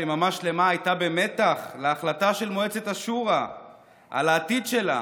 שיממה שלמה הייתה במתח להחלטה של מועצת השורא על העתיד שלה,